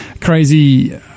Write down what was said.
crazy